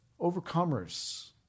Overcomers